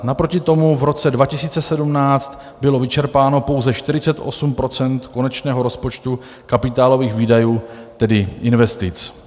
Naproti tomu v roce 2017 bylo vyčerpáno pouze 48 % konečného rozpočtu kapitálových výdajů, tedy investic.